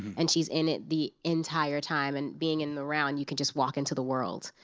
and she's in it the entire time. and being in the round, you can just walk into the world.